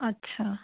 ਅੱਛਾ